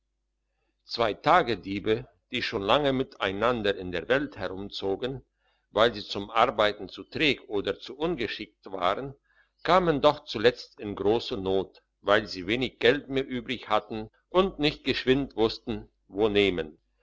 zwei tagdiebe die schon lange miteinander in der welt herumgezogen weil sie zum arbeiten zu träg oder zu ungeschickt waren kamen doch zuletzt in grosse not weil sie wenig geld mehr übrig hatten und nicht geschwind wussten wo nehmen